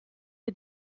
est